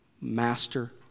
master